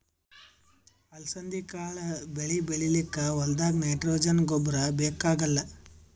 ಅಲಸಂದಿ ಕಾಳ್ ಬೆಳಿ ಬೆಳಿಲಿಕ್ಕ್ ಹೋಲ್ದಾಗ್ ನೈಟ್ರೋಜೆನ್ ಗೊಬ್ಬರ್ ಬೇಕಾಗಲ್